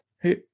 Hey